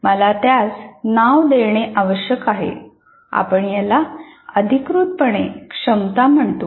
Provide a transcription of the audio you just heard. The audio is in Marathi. मला त्यास नाव देणे आवश्यक आहे आपण याला अधिकृतपणे क्षमता म्हणतो